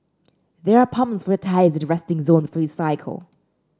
there are pumps for your tyres at the resting zone before you cycle